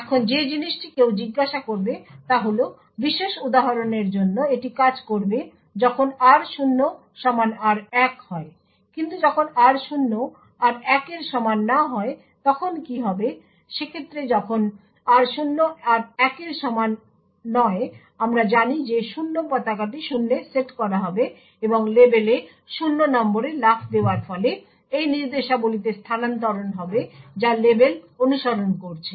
এখন যে জিনিসটি কেউ জিজ্ঞাসা করবে তা হল বিশেষ উদাহরণের জন্য এটি কাজ করবে যখন r0 সমান r1 হয় কিন্তু যখন r0 r1 এর সমান না হয় তখন কি হবে সেক্ষেত্রে যখন r0 r1 এর সমান নয় আমরা জানি যে 0 পতাকাটি শূন্যে সেট করা হবে এবং লেবেলে 0 নম্বরে লাফ দেওয়ার ফলে এই নির্দেশাবলীতে স্থানান্তরণ হবে যা লেবেল অনুসরণ করছে